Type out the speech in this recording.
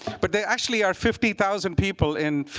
but they actually are fifty thousand people in,